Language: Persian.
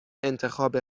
انتخاب